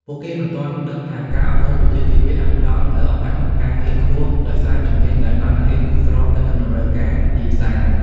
ពួកគេមិនទាន់ដឹងថាការអប់រំវិជ្ជាជីវៈអាចផ្តល់នូវឱកាសការងារខ្ពស់ ដោយសារជំនាញដែលបានរៀនគឺស្របទៅនឹងតម្រូវការទីផ្សារ។